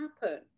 happen